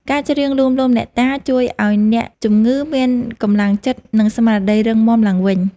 ការច្រៀងលួងលោមអ្នកតា ជួយឱ្យអ្នកជំងឺមានកម្លាំងចិត្ត និងស្មារតីរឹងមាំឡើងវិញ។